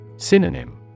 Synonym